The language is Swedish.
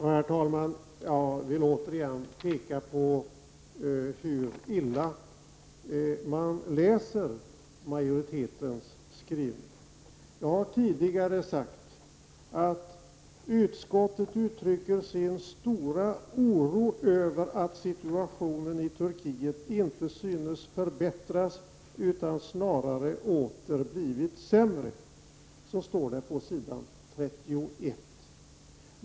Herr talman! Jag vill återigen peka på hur illa majoritetsskrivningen läses, Jag har tidigare sagt att utskottet uttrycker sin stora oro över att situationen i Turkiet inte synes förbättras utan att den snarare åter har blivit sämre. Så står det på s. 31.